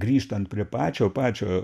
grįžtant prie pačio pačio